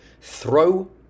throw